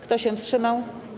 Kto się wstrzymał?